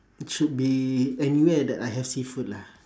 should be anywhere that I have seafood lah